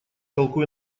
толку